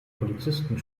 polizisten